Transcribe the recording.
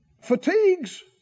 Fatigues